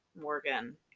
Morgan